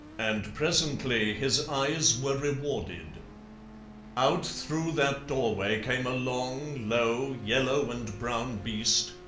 and presently his eyes were rewarded out through that doorway came a long, low, yellow-and-brown beast,